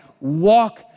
Walk